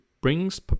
brings